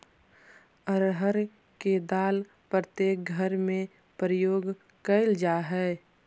अरहर के दाल प्रत्येक घर में प्रयोग कैल जा हइ